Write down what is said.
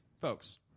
Folks